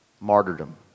martyrdom